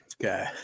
Okay